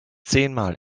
zehnmal